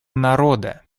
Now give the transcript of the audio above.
народа